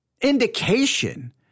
indication